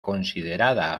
considerada